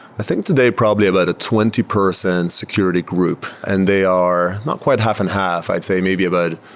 i think, today probably about a twenty person security group, and they are not quite half-and-half. i'd say maybe about